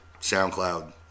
SoundCloud